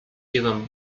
given